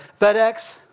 FedEx